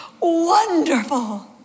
wonderful